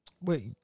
Wait